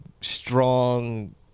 strong